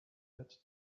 had